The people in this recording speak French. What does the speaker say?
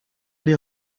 les